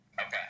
Okay